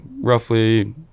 roughly